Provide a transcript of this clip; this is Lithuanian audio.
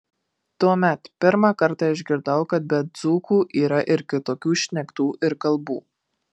tuomet pirmą kartą išgirdau kad be dzūkų yra ir kitokių šnektų ir kalbų